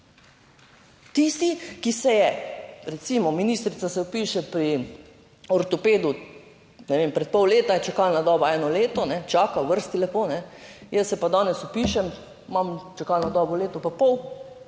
Tisti, ki se je, recimo ministrica se vpiše pri ortopedu, ne vem, pred pol leta je čakalna doba eno leto čaka v vrsti, lepo, jaz se pa danes vpišem, imam čakalno dobo leto pa pol,